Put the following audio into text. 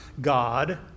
God